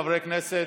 חברי הכנסת.